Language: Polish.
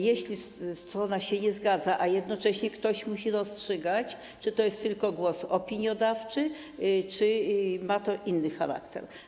Jeśli strona się nie zgadza, a jednocześnie ktoś musi rozstrzygać, czy jest to tylko głos opiniodawczy, czy ma to inny charakter?